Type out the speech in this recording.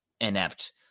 inept